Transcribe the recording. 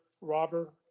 robber